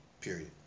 Period